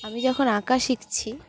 আমি যখন আঁকা শিখছি